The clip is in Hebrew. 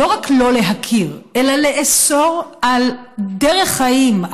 לא רק לא להכיר אלא לאסור על דרך חיים,